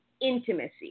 intimacy